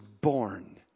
born